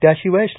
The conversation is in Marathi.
त्याशिवाय श्री